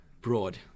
broad